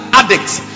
addicts